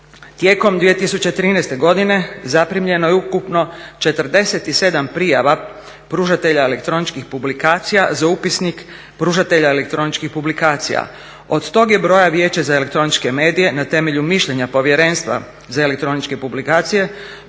Tijekom 2013. godine zaprimljeno je ukupno 47 prijava pružatelja elektroničkih publikacija za upisnik pružatelja elektroničkih publikacija. Od tog je broja Vijeće za elektroničke medije na temelju mišljenja Povjerenstva za elektroničke publikacije